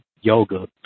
yoga